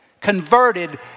converted